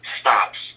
stops